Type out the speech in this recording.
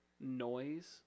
noise